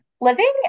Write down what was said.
Living